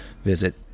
Visit